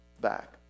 back